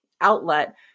outlet